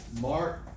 Mark